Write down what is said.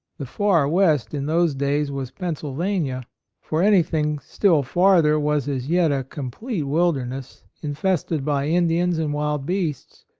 the far west in those days was pennsylvania for anything still farther was as yet a complete wilderness, in fested by indians and wild beasts.